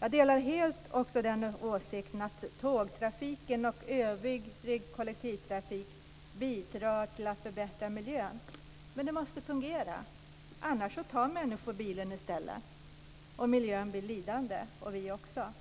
Jag delar också helt åsikten att tågtrafiken och övrig kollektivtrafik bidrar till att förbättra miljön. Men den måste fungera, annars tar människor bilen i stället och miljön blir lidande och vi också.